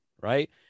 right